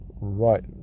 right